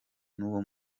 n’uwo